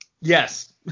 Yes